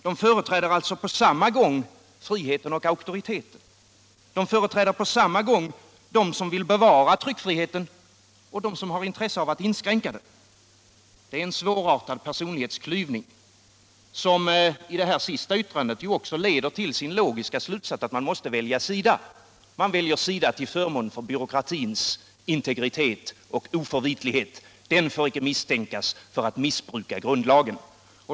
De företräder alltså på samma gång friheten och auktoriteten. De företräder på samma gång dem som vill bevara tryckfriheten och dem som har intresse av att inskränka den. Det är en svårartad personlighetsklyvning, som i det här senaste yttrandet ju också leder till sin logiska slutsats — att man måste välja sida. Man väljer sida till förmån för byråkratins integritet och oförvitlighet. Den får icke misstänkas för att missbruka grundlagen.